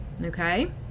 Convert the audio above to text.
okay